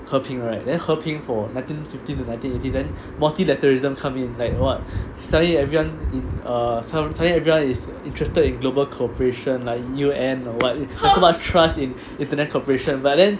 和平 right then 和平 for nineteen fifteen to nineteen eighteen then multilateralism come in like what suddenly everyone in uh suddenly everyone is interested in global cooperation like year end or what there's so much trust in internet cooperation but then